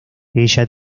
ella